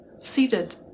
seated